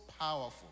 powerful